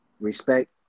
respect